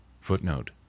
Footnote